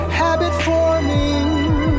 habit-forming